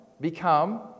become